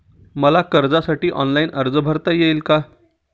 मला कर्जासाठी ऑनलाइन अर्ज भरता येईल का?